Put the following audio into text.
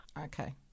Okay